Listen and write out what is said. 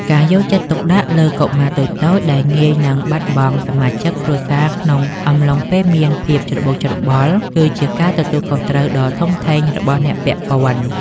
ការយកចិត្តទុកដាក់លើកុមារតូចៗដែលងាយនឹងបាត់បង់សមាជិកគ្រួសារក្នុងអំឡុងពេលមានភាពច្របូកច្របល់ គឺជាការទទួលខុសត្រូវដ៏ធំធេងរបស់អ្នកពាក់ព័ន្ធ។